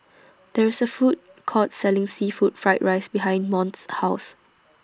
There IS A Food Court Selling Seafood Fried Rice behind Mont's House